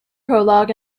prologue